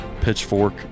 pitchfork